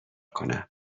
کنم